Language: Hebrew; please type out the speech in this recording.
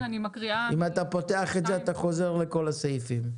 אם אתה פותח את זה, אתה חוזר לכל הסעיפים.